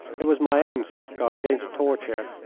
it was my own safeguard against torture,